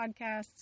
Podcasts